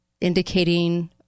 indicating